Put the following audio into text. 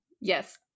yes